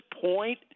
point